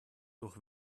durch